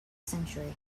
century